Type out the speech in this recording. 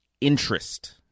interest